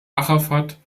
arafat